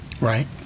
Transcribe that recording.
Right